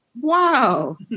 Wow